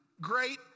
great